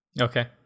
okay